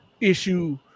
issue